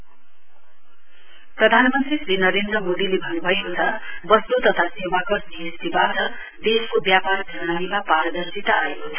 PM प्रधानमन्त्री श्री नरेन्द्र मोदीले भन्न्भएको छ वस्त् तथा सेवा कर जीएसटीबाट देशको व्यापार प्रणालीमा पारदर्शिता आएको छ